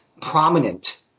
prominent